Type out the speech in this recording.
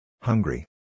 Hungry